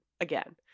again